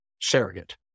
surrogate